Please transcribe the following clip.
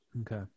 okay